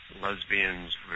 lesbians